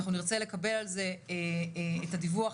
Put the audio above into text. אנחנו נרצה לקבל על זה את הדיווח